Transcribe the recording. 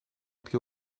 più